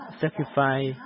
sacrifice